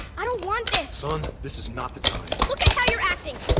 i don't want this. son, this is not the time. look at how you're.